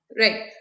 Right